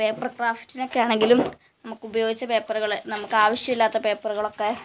paper ക്രാഫ്റ്റിന് ഒക്കെയാണെങ്കിലും നമുക്ക് ഉപയോഗിച്ച പേപ്പറുകൾ നമുക്ക് ആവശ്യമില്ലാത്ത പേപ്പറുകളൊക്കെ